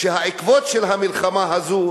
שהעקבות של המלחמה הזאת,